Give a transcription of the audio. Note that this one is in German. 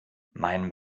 mein